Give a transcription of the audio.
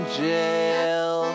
jail